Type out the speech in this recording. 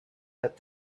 that